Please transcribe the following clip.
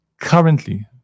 Currently